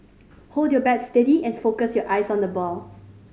hold your bat steady and focus your eyes on the ball